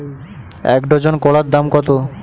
এক ডজন কলার দাম কত?